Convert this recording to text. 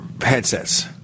headsets